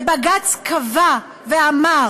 ובג"ץ קבע ואמר